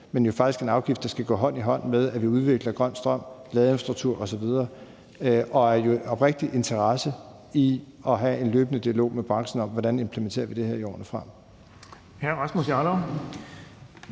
men jo faktisk en afgift, der skal gå hånd i hånd med, at vi udvikler grøn strøm, ladeinfrastruktur osv., og jo med oprigtig interesse i at have en løbende dialog med branchen om, hvordan vi implementerer det her i årene fremover.